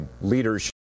leadership